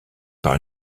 par